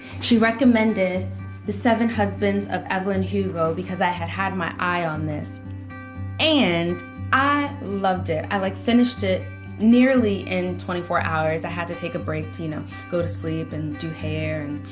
she recommended the seven husbands of evelyn hugo because i had had my eye on this and i loved it. i like finished it nearly in twenty four hours i had to take a break to you know, go to sleep and do hair